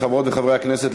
חברות וחברי הכנסת,